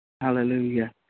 Hallelujah